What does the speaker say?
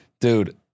dude